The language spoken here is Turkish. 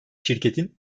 şirketin